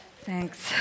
Thanks